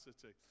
city